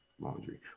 Laundry